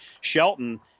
Shelton